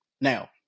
Now